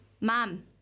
mom